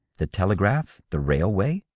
the telegraph, the railway,